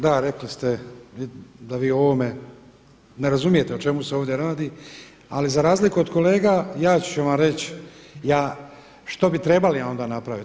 Da, rekli ste da vi o ovome ne razumijete o čemu se ovdje radi, ali za razliku od kolega ja ću vam reći što bi trebali onda napraviti.